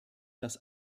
dass